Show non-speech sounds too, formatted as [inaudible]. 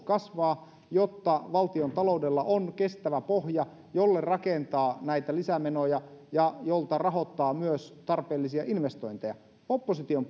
[unintelligible] kasvaa jotta valtiontaloudella on kestävä pohja jolle rakentaa näitä lisämenoja ja jolta rahoittaa myös tarpeellisia investointeja opposition [unintelligible]